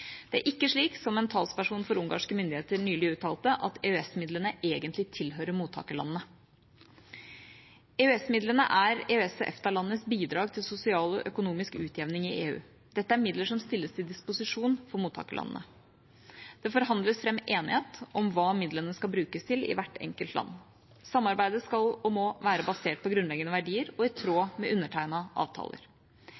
Det er ikke slik som en talsperson for ungarske myndigheter nylig uttalte, at EØS-midlene egentlig tilhører mottakerlandene. EØS-midlene er EØS/EFTA-landenes bidrag til sosial og økonomisk utjevning i EU. Dette er midler som stilles til disposisjon for mottakerlandene. Det forhandles fram enighet om hva midlene skal brukes til i hvert enkelt land. Samarbeidet skal og må være basert på grunnleggende verdier og i